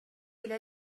إلى